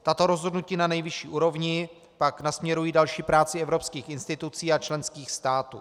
Tato rozhodnutí na nejvyšší úrovni pak nasměrují další práci evropských institucí a členských států.